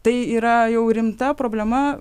tai yra jau rimta problema